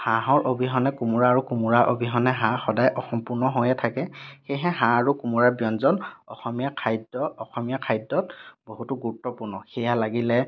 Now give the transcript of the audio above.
হাঁহৰ অবিহনে কোমোৰা আৰু কোমোৰা অবিহনে হাঁহ সদায় অসম্পূৰ্ণ হৈয়ে থাকে সেয়েহে হাঁহ আৰু কোমোৰাৰ ব্য়ঞ্জন অসমীয়া খাদ্য় অসমীয়া খাদ্য়ত বহুতো গুৰুত্বপূৰ্ণ সেয়া লাগিলে